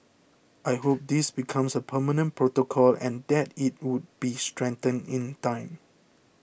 I hope this becomes a permanent protocol and that it would be strengthened in time